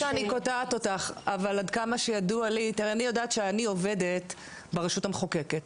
אני יודעת שאני עובדת ברשות המחוקקת,